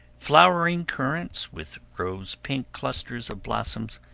flowering currants, with rose-pink clusters of blossoms,